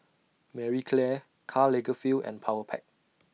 Marie Claire Karl Lagerfeld and Powerpac